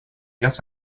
guess